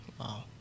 Wow